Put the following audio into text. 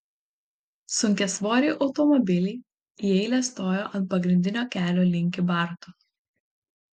sunkiasvoriai automobiliai į eilę stojo ant pagrindinio kelio link kybartų